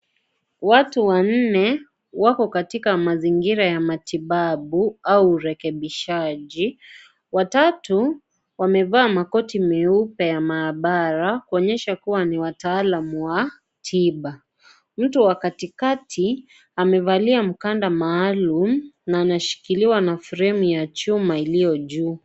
Watu wanne wako katika mazingira ya matibabu au urekebishaji. Watatu wamevaa makoti meupe ya maabara kuonyesha kuwa ni wataalam wa tiba. Mtu wa katikati amevalia mkanda maalum na anashikiliwa na fremu ya chuma iliyo juu.